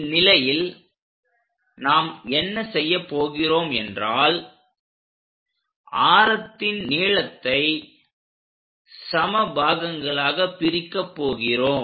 இந்நிலையில் நாம் என்ன செய்யப் போகிறோம் என்றால்ஆரத்தின் நீளத்தை சம பாகங்களாகப் பிரிக்கப் போகிறோம்